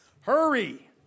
hurry